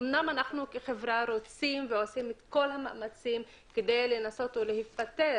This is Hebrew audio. אמנם אנחנו כחברה רוצים ועושים את כל המאמצים כדי לנסות ולהיפטר